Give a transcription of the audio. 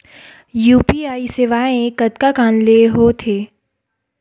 UPI सेवाएं कतका कान ले हो थे?